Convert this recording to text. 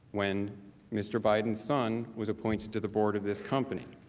when mr. biden's son was appointed to the board of this company.